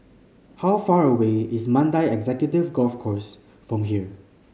how far away is Mandai Executive Golf Course from here